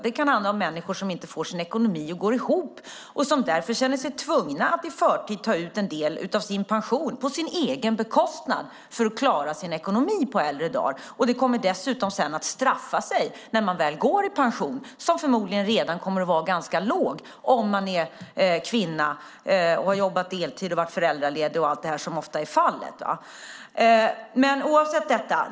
Det kan handla om människor som inte får sin ekonomi att gå ihop och som därför känner sig tvungna att ta ut en del av sin pension på sin egen bekostnad för att klara sin ekonomi på äldre dagar, och det kommer dessutom att sedan straffa sig när de sedan går i pension. Pensionen kommer förmodligen redan att vara låg för den som är kvinna, har jobbat deltid, varit föräldraledig och annat som ju ofta är fallet.